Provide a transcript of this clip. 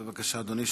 בבקשה, אדוני.